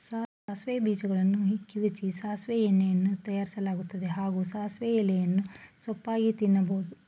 ಸಾಸಿವೆ ಬೀಜಗಳನ್ನು ಕಿವುಚಿ ಸಾಸಿವೆ ಎಣ್ಣೆಯನ್ನೂ ತಯಾರಿಸಲಾಗ್ತದೆ ಹಾಗೂ ಸಾಸಿವೆ ಎಲೆಯನ್ನು ಸೊಪ್ಪಾಗಿ ತಿನ್ಬೋದು